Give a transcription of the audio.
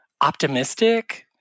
optimistic